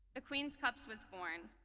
the queen's cups was born.